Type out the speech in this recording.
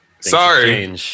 Sorry